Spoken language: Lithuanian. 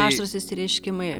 aštrūs išsireiškimai